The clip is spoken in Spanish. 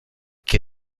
que